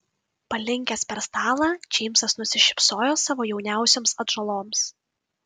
palinkęs per stalą džeimsas nusišypsojo savo jauniausioms atžaloms